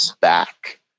back